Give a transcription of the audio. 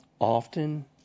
Often